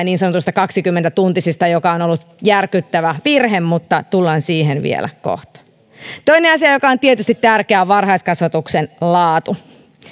niin sanottuihin kaksikymmentä tuntisiin joka on ollut järkyttävä virhe tulemme siihen vielä kohta toinen asia joka on tietysti tärkeä on varhaiskasvatuksen laatu